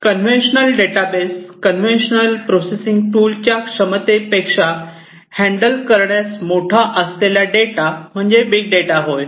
conventional database conventional processing टूलच्या क्षमतेपेक्षा handle करण्यास मोठा असलेला डेटा म्हणजे बिग डेटा होय